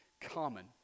Common